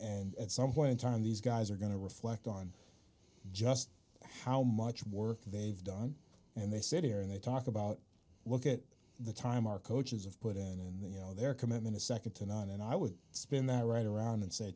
at some point in time these guys are going to reflect on just how much work they've done and they sit here and they talk about look at the time our coaches of put in the you know their commitment is second to none and i would spin that right around and say